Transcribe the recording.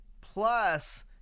Plus